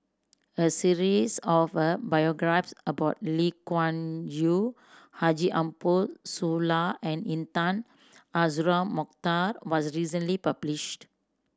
a series of a biographies about Lee Wung Yew Haji Ambo Sooloh and Intan Azura Mokhtar was recently published